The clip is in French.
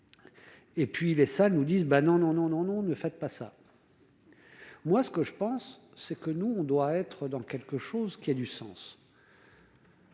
Et puis les salles nous disent : ben non, non, non, non, non, ne faites pas ça. Moi ce que je pense c'est que nous, on doit être dans quelque chose qui ait du sens.